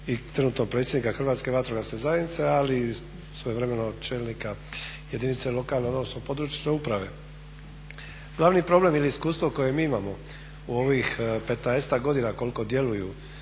i trenutno predsjednika Hrvatske vatrogasne zajednice ali i svojevremeno čelnika jedinice lokalne odnosno područne uprave. Glavni problem ili iskustvo koje mi imamo u ovih 15-ak godina koliko djeluju,